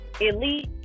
elite